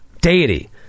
deity